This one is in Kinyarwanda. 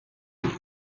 ngiro